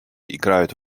играют